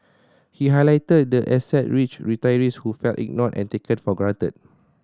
he highlighted the asset rich retirees who felt ignored and taken for granted